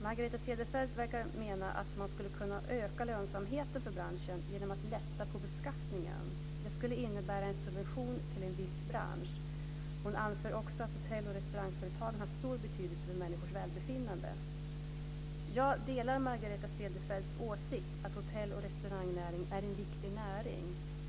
Margareta Cederfelt verkar mena att man skulle kunna öka lönsamheten för branschen genom att lätta på beskattningen. Detta skulle innebära en subvention till en viss bransch. Hon anför också att hotell och restaurangföretagen har stor betydelse för människors välbefinnande. Jag delar Margareta Cederfelts åsikt att hotell och restaurangnäringen är en viktig näring.